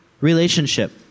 relationship